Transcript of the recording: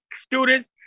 students